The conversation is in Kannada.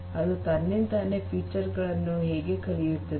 ಅದು ತನ್ನಿಂತಾನೇ ವೈಶಿಷ್ಟ್ಯಗಳನ್ನು ಕಲಿಯುತ್ತದೆ